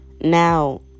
Now